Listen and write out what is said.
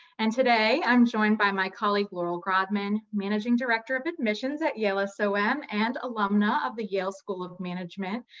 and today, i'm joined by my colleague, laurel grodman, managing director of admissions at yale som so um and alumna of the yale school of management.